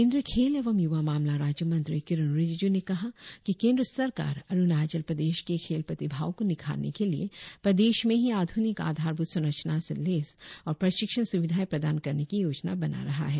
केंद्रीय खेल एवं युवा मामला राज्य मंत्री किरेन रिजिजू ने कहा कि केंद्र सरकार अरुणाचल प्रदेश के खेल प्रतिभाओं को निखारने के लिए प्रदेश में ही आधुनिक आधारभुत संरचना से लैस और प्रशिक्षण सुविधाए प्रदान करने की योजना बना रहा है